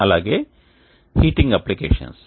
అలాగే heating applications